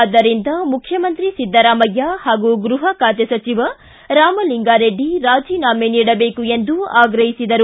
ಆದ್ದರಿಂದ ಮುಖ್ತಮಂತ್ರಿ ಸಿದ್ದರಾಮಯ್ದ ಹಾಗೂ ಗೃಹ ಖಾತೆ ಸಚಿವ ರಾಮಿಲಿಂಗಾರೆಡ್ಡಿ ರಾಜೀನಾಮೆ ನೀಡಬೇಕು ಎಂದು ಆಗ್ರಹಿಸಿದರು